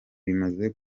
bimaze